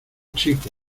chico